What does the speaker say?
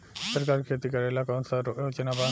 सरकार के खेती करेला कौन कौनसा योजना बा?